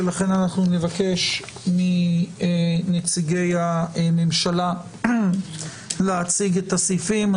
ולכן נבקש מנציגי הממשלה להציג את הסעיפים.